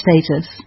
status